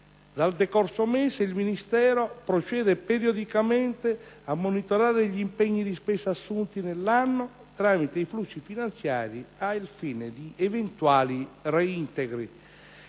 Dal decorso mese il Ministero procede periodicamente a monitorare gli impegni di spesa assunti nell'anno tramite i flussi finanziari al fine di eventuali reintegri.